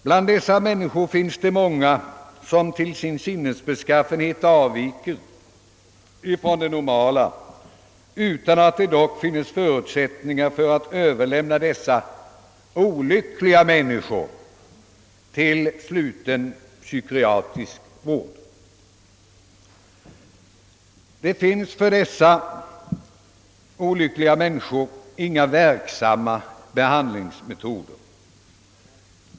Bland dessa människor finns det många som till sin sinnesbeskaffenhet avviker från det normala utan att det dock finns förutsättningar för att överlämna dessa olyckliga människor till sluten psykiatrisk vård, Det finns för dessa olyckliga människor inga verksamma behandlingsmetoder.